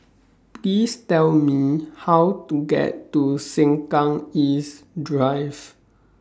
Please Tell Me How to get to Sengkang East Drive